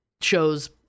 shows